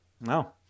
No